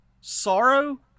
Sorrow